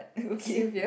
uh okay